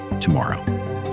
tomorrow